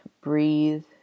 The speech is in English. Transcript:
breathe